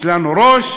יש לנו ראש,